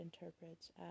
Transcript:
interprets